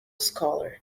scholar